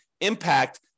impact